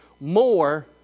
more